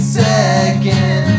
second